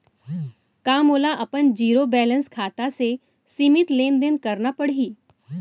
का मोला अपन जीरो बैलेंस खाता से सीमित लेनदेन करना पड़हि?